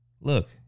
Look